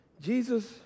Jesus